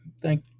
Thank